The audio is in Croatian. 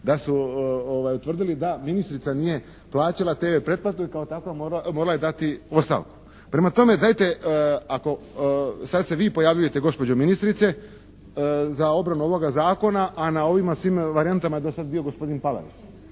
da su utvrdili da ministrica nije plaćala TV pretplatu i kao takva morala je dati ostavku. Prema tome, dajte ako sad se vi pojavljujete gospođo ministrice za obranu ovoga zakona a na ovima svima varijantama je do sada bio gospodin Palarić.